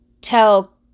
tell